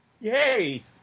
Yay